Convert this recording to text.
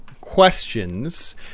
questions